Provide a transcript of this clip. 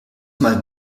mal